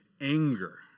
anger